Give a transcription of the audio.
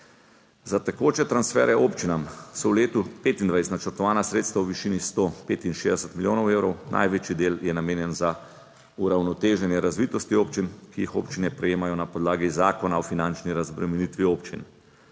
Za tekoče transfere občinam so v letu 2025 načrtovana sredstva v višini 165 milijonov evrov, največji del je namenjen za uravnoteženje razvitosti občin, ki jih občine prejemajo na podlagi zakona o finančni razbremenitvi občin.